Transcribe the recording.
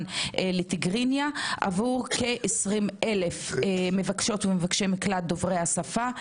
לתיגריניה עבור כ-20,000 מבקשות ומבקשי מקלט דוברי השפה,